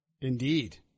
Indeed